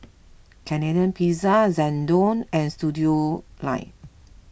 Canadian Pizza Xndo and Studioline